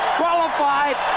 qualified